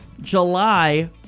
July